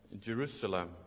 Jerusalem